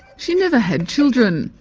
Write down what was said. she never had children.